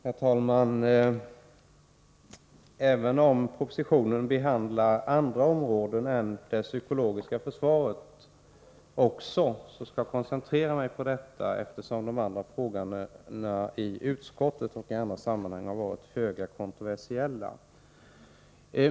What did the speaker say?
Herr talman! Även om propositionen behandlar också andra områden än det psykologiska försvaret skall jag koncentrera mig till detta, eftersom de andra frågorna har varit föga kontroversiella i utskottet och i andra sammanhang.